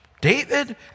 David